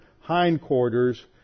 hindquarters